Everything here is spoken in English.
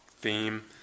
theme